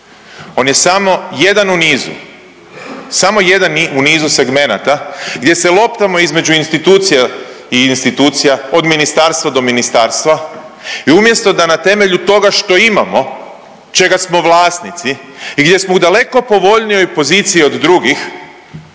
on je samo jedan u nizu, samo jedan u nizu segmenata gdje se loptamo između institucija i institucija od ministarstva do ministarstva i umjesto da na temelju toga što imamo, čega smo vlasnici i gdje smo u daleko povoljnijoj poziciji od drugih